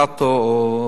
חברת הכנסת אדטו,